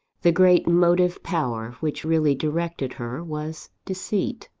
the great motive power which really directed her, was deceit.